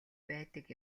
байдаг